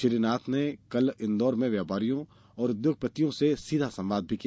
श्री नाथ ने कल इन्दौर में व्यापारियों और उद्योगपतियों से सीधा संवाद भी किया